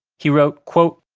he wrote, quote,